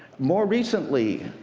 more recently,